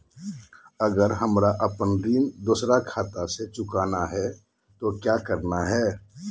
अगर हमरा अपन ऋण दोसर खाता से चुकाना है तो कि करना है?